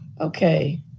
Okay